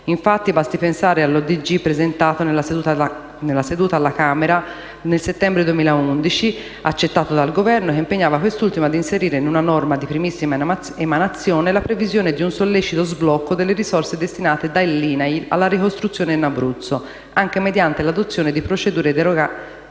Infatti, basti pensare all'ordine del giorno presentato nella seduta della Camera 14 settembre 2011, accettato dal Governo, che impegnava quest'ultimo ad inserire in una norma di prossima emanazione la previsione di un sollecito sblocco delle risorse destinate dall'INAIL alla ricostruzione in Abruzzo, anche mediante l'adozione di procedure in deroga